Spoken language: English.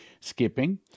Skipping